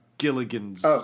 Gilligan's